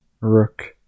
Rook